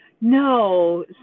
No